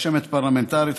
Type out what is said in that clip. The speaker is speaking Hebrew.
רשמת פרלמנטרית,